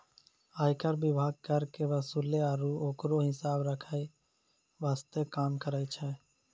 आयकर विभाग कर के वसूले आरू ओकरो हिसाब रख्खै वास्ते काम करै छै